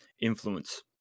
influence